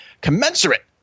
commensurate